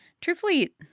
Truthfully